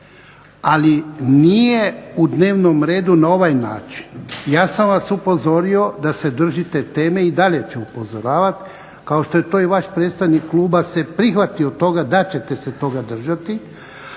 ali nije u dnevnom redu na ovaj način. Ja sam vas upozorio da se držite teme, i dalje ću upozoravati, kao što je to i vaš predstavnik kluba se prihvatio toga da ćete se toga držati,